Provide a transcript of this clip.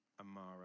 Amara